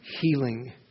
healing